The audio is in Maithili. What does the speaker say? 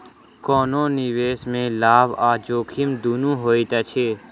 कोनो निवेश में लाभ आ जोखिम दुनू होइत अछि